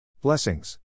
Blessings